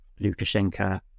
Lukashenko